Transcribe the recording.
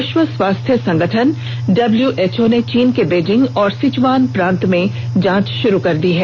विष्व स्वास्थ्य संगठन डब्ल्यूएचओ ने चीन के बीजिंग और सिचुआन प्रांत में जांच शुरू कर दी है